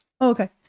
Okay